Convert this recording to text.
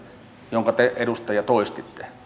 jonka te edustaja toistitte